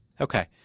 Okay